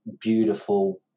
beautiful